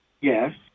Yes